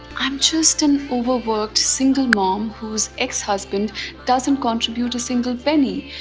i'm just an overworked single mom who's ex husband doesn't contribute a single penny,